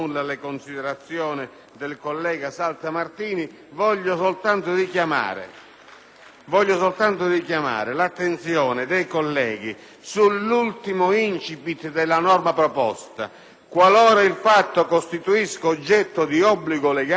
Voglio soltanto richiamare l'attenzione dei colleghi sull'ultimo *incipit* della norma proposta: «Qualora il fatto costituisca oggetto di obbligo legale l'autore non è punibile». Questa è la manifestazione